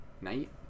night